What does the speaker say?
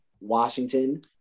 Washington